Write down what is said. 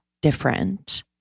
different